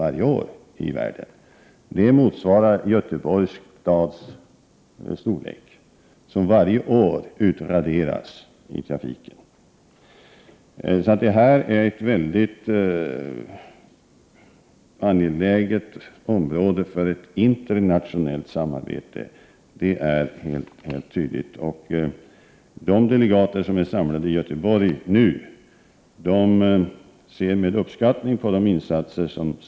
Det är detsamma som att en stad av Göteborgs storlek varje år utraderas i trafiken. Detta är alltså ett mycket angeläget område för ett internationellt samarbete, det är helt tydligt. De delegater som nu är Prot. 1988/89:124 samlade i Göteborg ser med uppskattning på de insatser Sverige gör.